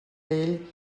ell